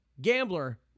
Gambler